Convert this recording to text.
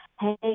Hey